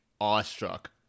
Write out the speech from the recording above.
awestruck